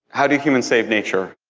how do humans save nature?